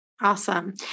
Awesome